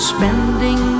Spending